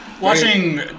Watching